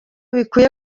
bikwiye